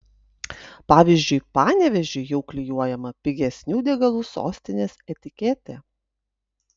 pavyzdžiui panevėžiui jau klijuojama pigesnių degalų sostinės etiketė